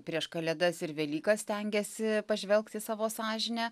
prieš kalėdas ir velykas stengiasi pažvelgt į savo sąžinę